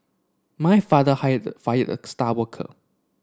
my father hired fired the star worker